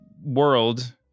world